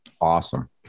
Awesome